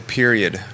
period